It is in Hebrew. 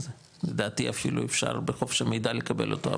לדעתי אפילו אפשר בחופש המידע לקבל אותו,